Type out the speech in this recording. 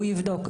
הוא יבדוק.